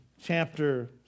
chapter